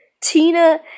Tina